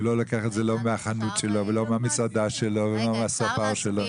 הוא לא לקח את זה מהחנות שלו ולא מהמסעדה שלו לא מהספר שלו.